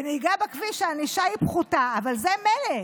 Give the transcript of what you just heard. בנהיגה בכביש הענישה היא פחותה, אבל זה מילא.